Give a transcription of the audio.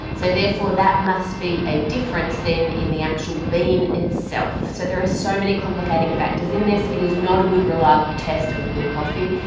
so therefore that must be a difference then in the actual bean itself. so there are so many complicating factors in this it is not a good reliable test of good coffee.